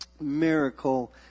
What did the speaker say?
miracle